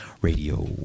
Radio